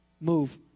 Move